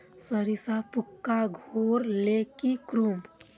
सरिसा पूका धोर ले की करूम?